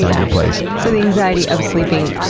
like good place. so, the anxiety of sleeping,